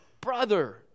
brother